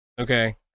okay